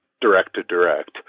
direct-to-direct